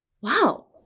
Wow